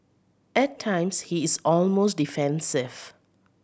at times he is almost defensive